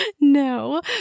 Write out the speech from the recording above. no